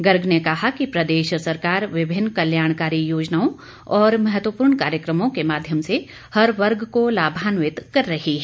गर्ग ने कहा कि प्रदेश सरकार विभिन्न कल्याणकारी योजनाओं और महत्वपूर्ण कार्यक्रमों के माध्यम से हर वर्ग को लाभान्वित कर रही है